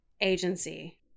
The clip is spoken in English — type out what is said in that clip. agency